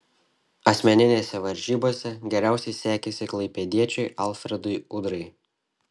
asmeninėse varžybose geriausiai sekėsi klaipėdiečiui alfredui udrai